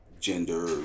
gender